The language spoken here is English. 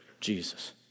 Jesus